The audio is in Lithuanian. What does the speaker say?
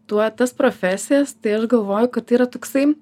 tuo tas profesijas tai aš galvoju kad tai yra toksai